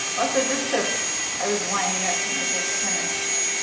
also, just to i was winding up to my big finish